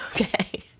Okay